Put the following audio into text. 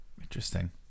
Interesting